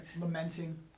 lamenting